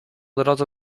drodze